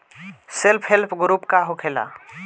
Self help group का होखेला?